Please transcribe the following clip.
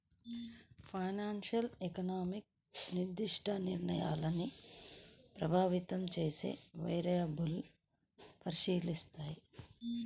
financial economics నిర్దిష్ట నిర్ణయాన్ని ప్రభావితం చేసే వేరియబుల్స్ను పరీక్షిస్తాయి